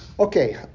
Okay